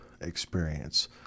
experience